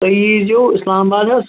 تُہی ییٖزیٚو اِسلام آباد حظ